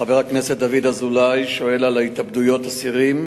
חבר הכנסת דוד אזולאי שואל על התאבדויות אסירים,